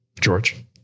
George